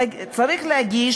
צריך להגיש